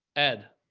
ed.